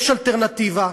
יש אלטרנטיבה.